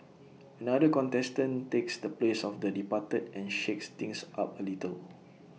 another contestant takes the place of the departed and shakes things up A little